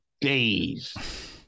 days